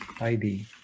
ID